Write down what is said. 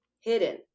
hidden